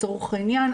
לצורך העניין,